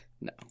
No